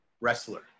wrestler